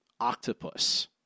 octopus